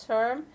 Term